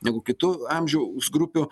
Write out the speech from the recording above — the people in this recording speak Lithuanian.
negu kitų amžiaus grupių